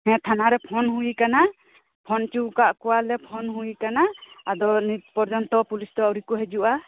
ᱦᱮᱸ ᱛᱷᱟᱱᱟ ᱨᱮ ᱯᱷᱳᱱ ᱦᱩᱭ ᱟᱠᱟᱱᱟ ᱯᱷᱳᱱ ᱚᱪᱚ ᱟᱠᱟᱫ ᱠᱚᱣᱟᱞᱮ ᱯᱷᱳᱱᱦᱩᱭ ᱟ ᱠᱟᱱᱟ ᱟᱫᱚᱱᱤᱛ ᱯᱚᱨᱡᱚᱱᱛᱚ ᱯᱩᱞᱤᱥ ᱫᱚ ᱟᱣᱨᱤᱠᱚ ᱦᱤᱡᱩᱜᱼᱟ